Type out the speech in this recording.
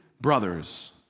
brothers